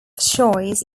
choice